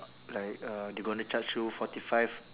like uh they gonna charge you forty five